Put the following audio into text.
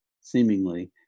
seemingly